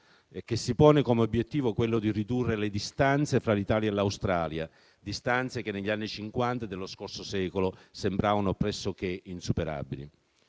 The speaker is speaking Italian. che si pone come obiettivo quello di ridurre le distanze fra l'Italia e l'Australia; distanze che negli anni Cinquanta dello scorso secolo sembravano pressoché insuperabili.